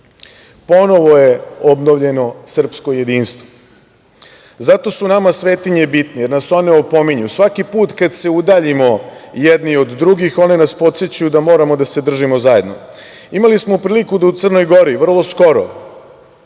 je obnovljeno srpsko jedinstvo. Zato su nama svetinje bitne, jer nas one opominju. Svaki put kada se udaljimo jedni od drugih one nas podsećaju da moramo da se držimo zajedno. Imali smo priliku da u Crnoj Gori vrlo skoro,